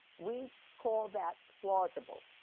we call that plausible,